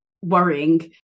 worrying